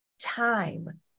Time